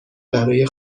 برای